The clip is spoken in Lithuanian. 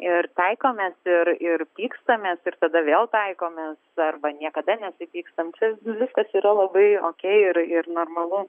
ir taikomės ir ir pykstamės ir tada vėl taikomės arba niekada nesipykstam čia viskas yra labai okei ir ir normalu